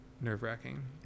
nerve-wracking